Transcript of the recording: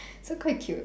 so quite cute